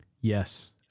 Yes